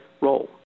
role